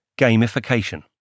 gamification